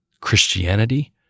Christianity